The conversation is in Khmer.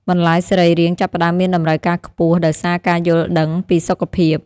បន្លែសរីរាង្គ ចាប់ផ្ដើមមានតម្រូវការខ្ពស់ដោយសារការយល់ដឹងពីសុខភាព។